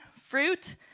fruit